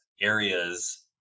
areas